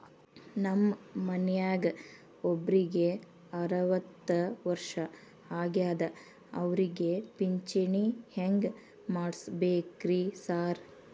ನಮ್ ಮನ್ಯಾಗ ಒಬ್ರಿಗೆ ಅರವತ್ತ ವರ್ಷ ಆಗ್ಯಾದ ಅವ್ರಿಗೆ ಪಿಂಚಿಣಿ ಹೆಂಗ್ ಮಾಡ್ಸಬೇಕ್ರಿ ಸಾರ್?